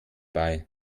bei